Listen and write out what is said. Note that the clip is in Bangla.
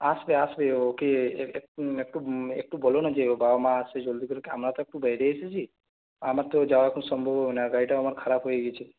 আসবে আসবে ওকে একটু একটু একটু বলো না যে ওর বাবা মা আসবে জলদি করে আমরা তো একটু বাইরে এসেছি আমার তো যাওয়া এখন সম্ভব হবে না গাড়িটাও আমার খারাপ হয়ে গিয়েছে